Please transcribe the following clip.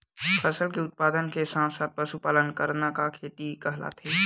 फसल के उत्पादन के साथ साथ पशुपालन करना का खेती कहलाथे?